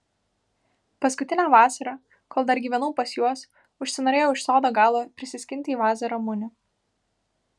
paskutinę vasarą kol dar gyvenau pas juos užsinorėjau iš sodo galo prisiskinti į vazą ramunių